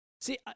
See